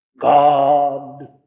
God